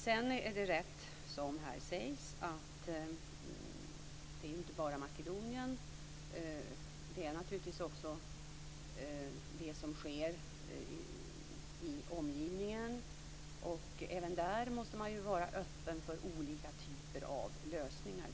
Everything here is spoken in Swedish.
Sedan är det rätt som här sägs: Det gäller inte bara Makedonien utan naturligtvis också det som sker i omgivningen. Även här måste man vara öppen för olika typer av lösningar.